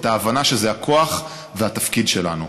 את ההבנה שזה הכוח והתפקיד שלנו.